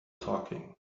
talking